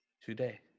today